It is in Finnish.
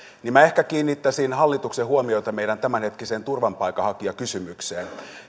minä ehkä kiinnittäisin hallituksen huomiota meidän tämänhetkiseen turvapaikanhakijakysymykseen